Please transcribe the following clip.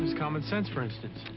common sense, for instance.